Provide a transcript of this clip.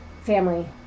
family